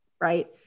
Right